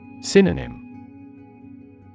Synonym